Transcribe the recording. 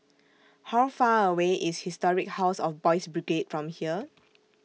How Far away IS Historic House of Boys' Brigade from here